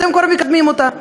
אתם כבר מקדמים אותה.